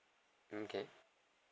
okay